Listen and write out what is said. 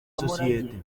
sosiyete